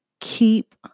keep